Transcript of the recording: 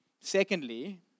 Secondly